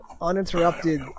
uninterrupted